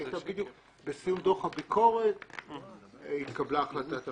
בסיום דוח הביקורת התקבלה החלטת הממשלה.